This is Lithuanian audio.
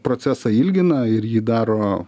procesą ilgina ir jį daro